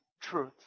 truth